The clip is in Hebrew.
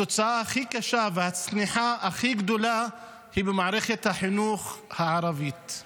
התוצאה הכי קשה והצניחה הכי גדולה היא במערכת החינוך הערבית.